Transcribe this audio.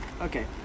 Okay